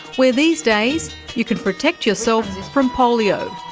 where these days you can protect yourself from polio.